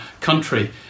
country